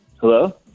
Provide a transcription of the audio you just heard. Hello